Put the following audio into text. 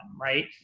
right